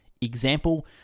Example